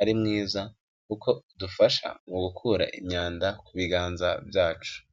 ari mwiza kuko udufasha mu gukura imyanda ku biganza byacu.